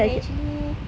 eh actually